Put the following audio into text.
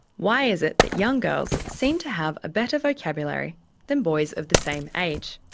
why is it that young girls seem to have a better vocabulary than boys of the same age?